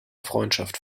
freundschaft